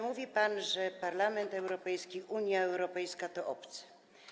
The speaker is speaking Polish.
Mówi pan, że Parlament Europejski, Unia Europejska to obcy.